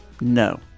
no